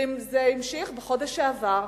זה המשיך בחודש שעבר,